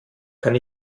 kann